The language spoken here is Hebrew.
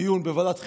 בוועדת החינוך,